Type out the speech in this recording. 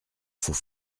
faut